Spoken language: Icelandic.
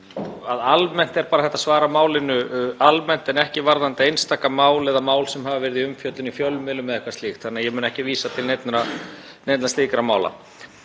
Hægt er að svara málinu almennt en ekki varðandi einstaka mál eða mál sem hafa verið í umfjöllun í fjölmiðlum eða eitthvað slíkt. Ég mun því ekki vísa til neinna slíkra mála.